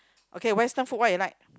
okay Western food what you like